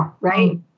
right